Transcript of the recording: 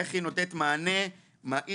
איך היא נותנת מענה מהיר,